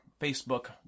Facebook